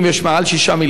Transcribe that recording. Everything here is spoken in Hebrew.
יכול להיות שבעמותות בכלל,